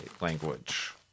language